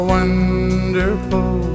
wonderful